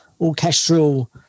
orchestral